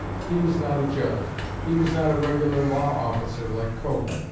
he was not a judge. he was not a regular law officer like coke.